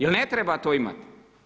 Jel' ne treba to imati?